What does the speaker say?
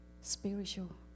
spiritual